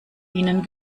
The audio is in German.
ihnen